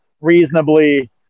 Reasonably